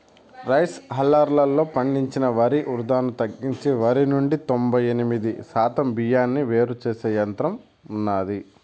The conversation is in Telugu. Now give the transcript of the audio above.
రైస్ హల్లర్లు పండించిన వరి వృధాను తగ్గించి వరి నుండి తొంబై ఎనిమిది శాతం బియ్యాన్ని వేరు చేసే యంత్రం ఉన్నాది